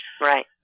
Right